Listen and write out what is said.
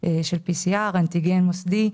של PCR, אנטיגן מוסדי,